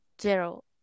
Zero